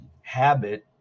habit